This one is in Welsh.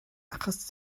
achos